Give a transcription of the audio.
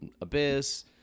Abyss